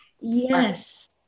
Yes